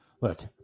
Look